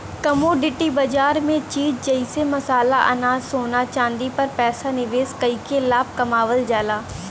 commodity बाजार में चीज जइसे मसाला अनाज सोना चांदी पर पैसा निवेश कइके लाभ कमावल जाला